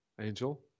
Angel